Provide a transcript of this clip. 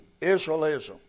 Israelism